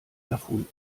erfunden